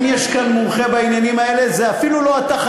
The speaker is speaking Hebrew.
אם יש כאן מומחה בעניינים האלה זה אפילו לא אתה,